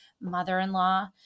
mother-in-law